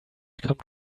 come